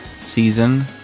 season